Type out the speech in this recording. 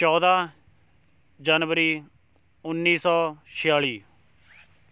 ਚੌਦ੍ਹਾਂ ਜਨਵਰੀ ਉੱਨੀ ਸੌ ਛਿਆਲ਼ੀ